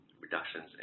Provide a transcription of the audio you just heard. reductions